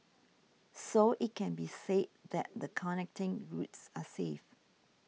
so it can be said that the connecting routes are safe